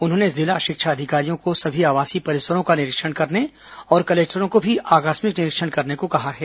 उन्होंने जिला शिक्षा अधिकारियों को समी आवासीय परिसरों का निरीक्षण करने और कलेक्टरों को भी आकस्मिक निरीक्षण करने को कहा है